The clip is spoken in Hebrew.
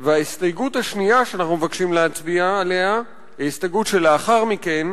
ההסתייגות השנייה שאנחנו מבקשים להצביע עליה היא ההסתייגות שלאחר מכן,